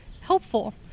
helpful